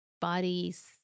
bodies